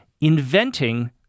Inventing